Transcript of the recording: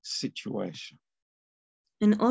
situation